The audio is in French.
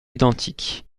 identiques